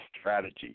strategy